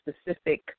specific